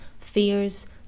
fears